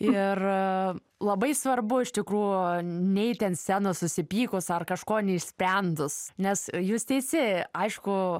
ir labai svarbu iš tikrųjų neiti ant scenos susipykus ar kažko neišsprendus nes jūs teisi aišku